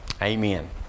Amen